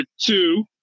two